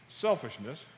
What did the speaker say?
selfishness